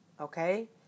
okay